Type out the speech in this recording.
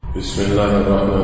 Bismillah